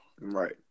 Right